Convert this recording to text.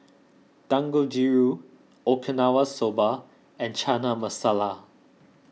Dangojiru Okinawa Soba and Chana Masala